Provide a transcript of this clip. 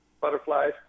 Butterflies